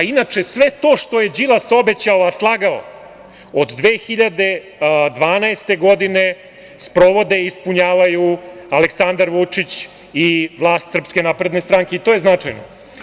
Inače, sve to što je Đilas obećao a slagao od 2012. godine sprovode i ispunjavaju Aleksandar Vučić i vlast SNS, i to je značajno.